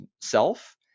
self